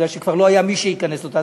בגלל שכבר לא היה מי שיכנס אותה,